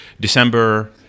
December